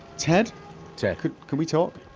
ted ted can we talk?